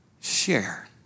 share